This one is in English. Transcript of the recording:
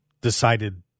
decided